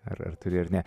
ar ar turi ar ne